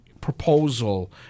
proposal